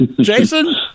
Jason